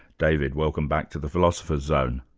david, welcome back to the philosopher's zone.